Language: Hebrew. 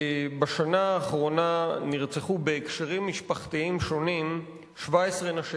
בשנה האחרונה נרצחו בהקשרים משפחתיים שונים 17 נשים.